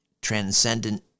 transcendent